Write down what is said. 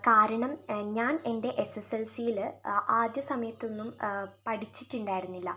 കാരണം ഞാൻ എന്റെ എസ് എസ് എൽ സിയിൽ ആദ്യ സമയത്തൊന്നും പഠിച്ചിട്ടുണ്ടായിരുന്നില്ല